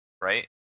right